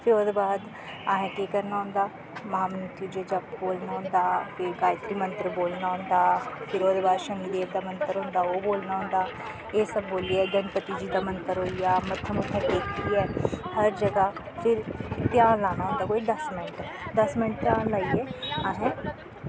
फ्ही ओह्दे बाद असें केह् करना होंदा महामंत्र जी जप बोलना होंदा फ्ही गायत्री मंत्तर बोलना होंदा फिर ओह्दे बाद शनिदेव दा मंत्तर होंदा ओह् बोलना होंदा एह् सब बोल्लियै गणपति जी दा मंत्तर होई गेआ मत्था मुत्था टेकियै हर जगह फिर ध्यान लाना होंदा कोई दस मैन्ट दस मैन्ट ध्यान लाइयै असें